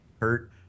hurt